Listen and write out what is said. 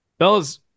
Bellas